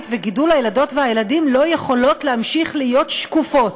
וגידול הילדות והילדים לא יכולות להמשיך להיות שקופות.